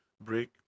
break